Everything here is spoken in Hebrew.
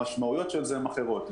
המשמעויות של זה אחרות.